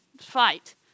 fight